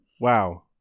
Wow